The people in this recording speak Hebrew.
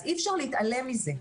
אז אי אפשר להתעלם מזה.